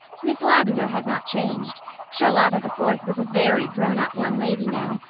miss lavendar had not changed charlotta the fourth was a very grown-up young lady now,